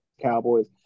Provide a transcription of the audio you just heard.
Cowboys